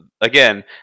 again